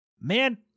Man